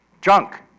junk